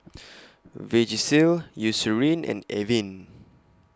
Vagisil Eucerin and Avene